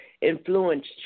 influence